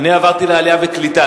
אני עברתי לעלייה וקליטה.